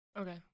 Okay